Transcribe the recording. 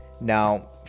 Now